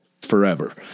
forever